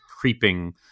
creeping